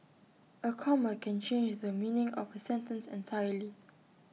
A comma can change the meaning of A sentence entirely